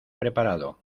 preparado